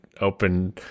open